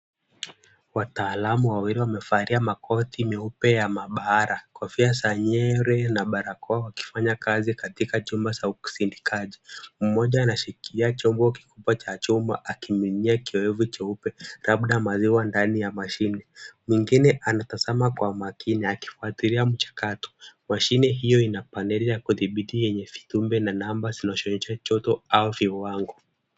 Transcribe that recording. Wataalamu wawili wamevalia makoti meupe ya maabara, kofia za nywele na barakoa wakifanya kazi katika chumba cha usindikaji. Mmoja anashikilia chombo kikubwa cha chuma akimiminia kiowevu cheupe labda maziwa ndani ya mashini. Mwingine anatazama kwa makini akifuatilia mchakato. Mashine hiyo ina paneli ya kudhibiti yenye vitumbe na namba zilizo joto au viwango.